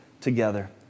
together